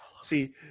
See